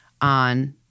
on